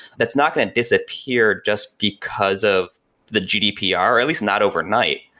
that's not going to disappear just because of the gdpr, or at least not overnight.